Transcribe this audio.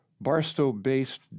Barstow-based